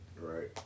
Right